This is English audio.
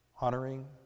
honoring